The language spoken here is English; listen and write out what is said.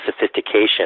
sophistication